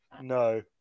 No